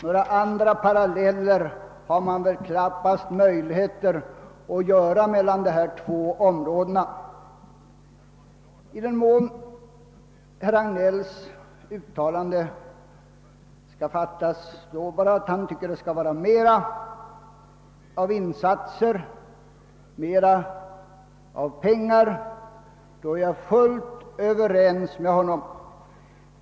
Några andra paralleller har man väl knappast möjligheter att dra mellan dessa två områden. I den mån herr Hagnells uttalande bara skall fattas så, att han tycker att det skall göras större insatser och skall anslås mera medel är jag fullt överens med honom.